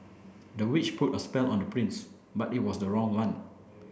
the witch put a spell on the prince but it was the wrong one